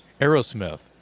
Aerosmith